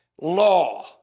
law